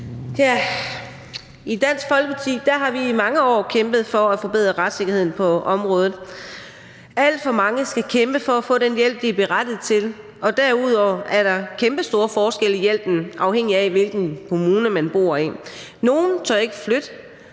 I Dansk Folkeparti har vi i mange år kæmpet for at forbedre retssikkerheden på området. Alt for mange skal kæmpe for at få den hjælp, de er berettiget til. Derudover er der kæmpestore forskelle i hjælpen, afhængig af hvilken kommune man bor i. Nogle tør ikke flytte,